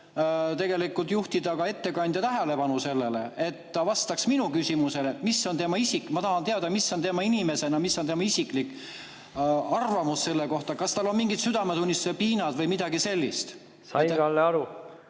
tegelikult juhtida ka ettekandja tähelepanu sellele, et ta vastaks minu küsimusele. Ma tahan teada, mis on tema kui inimese isiklik arvamus selle kohta. Kas tal on mingid südametunnistuse piinad või midagi sellist? Sain, Kalle, aru.